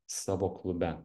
savo klube